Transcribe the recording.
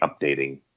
updating